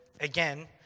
again